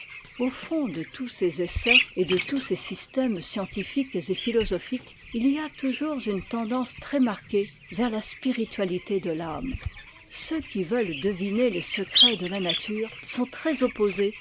au fond de tous ces essais et de tous ces systèmes scientifiques et philosophiques il y a toujours une tendance très marquée vers la spiritualité de l'âme ceux qui veulent deviner les secrets de la nature sont très opposés